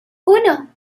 uno